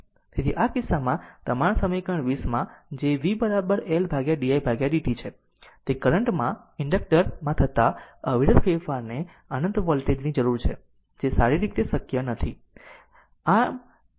તેથી આ કિસ્સામાં તમારા સમીકરણ 20 કે જે v L didt છે તે કરંટ માં ઇન્ડક્ટર માં થતાં અવિરત ફેરફારને અનંત વોલ્ટેજ ની જરૂર છે જે શારિરીક રીતે શક્ય નથી